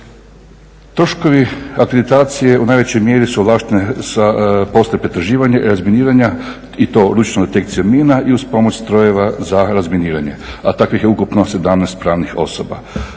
Troškovi akreditacije u najvećoj mjeri su ovlaštene sa … razminiranje i to ručno … iz uz pomoć strojeva za razminiranje, a takvih je ukupno 17 pravnih osoba.